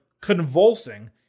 convulsing